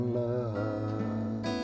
love